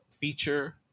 feature